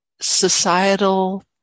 societal